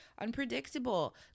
unpredictable